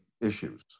issues